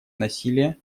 насилия